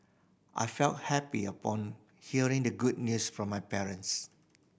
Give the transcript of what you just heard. I felt happy upon hearing the good news from my parents